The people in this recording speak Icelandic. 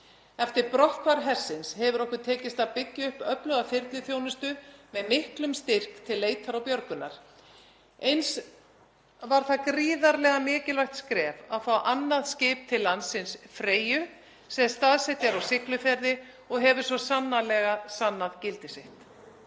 Eftir brotthvarf hersins hefur okkur tekist að byggja upp öfluga þyrluþjónustu með miklum styrk til leitar og björgunar. Eins var það gríðarlega mikilvægt skref að fá annað skip til landsins, Freyju, sem staðsett er á Siglufirði og hefur svo sannarlega sannað gildi sitt.